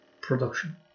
production